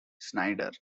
schneider